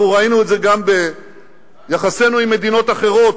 אנחנו ראינו את זה גם ביחסינו עם מדינות אחרות.